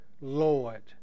Lord